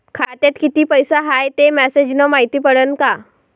खात्यात किती पैसा हाय ते मेसेज न मायती पडन का?